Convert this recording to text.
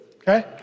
Okay